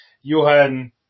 Johan